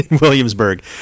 Williamsburg